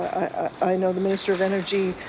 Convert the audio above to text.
i know the minister of energy